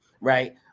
right